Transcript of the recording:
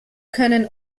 können